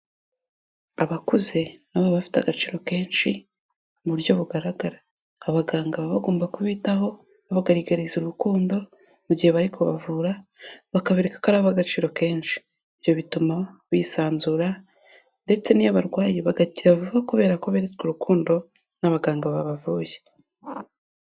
Abakuze na bo bafite agaciro kenshi mu buryo bugaragara, abaganga baba bagomba kubitaho babagaragariza urukundo mu gihe bari kubavura bakabereka ko ari aba agaciro kenshi, ibyo bituma bisanzura ndetse n'iyo barwaye bagakira vuba kubera ko beretswe urukundo n'abaganga babavuye.